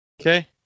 Okay